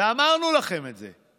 ואמרנו לכם את זה.